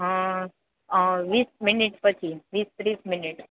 વીસ મિનિટ પછી વીસ ત્રીસ મિનિટ